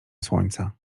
słońca